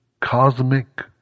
cosmic